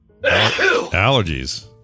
Allergies